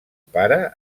pare